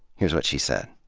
here's what she said.